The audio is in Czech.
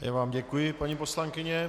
Já vám děkuji, paní poslankyně.